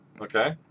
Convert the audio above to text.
Okay